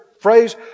phrase